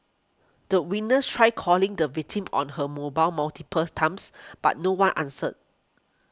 the witness tried calling the victim on her mobile multiple times but no one answered